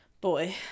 boy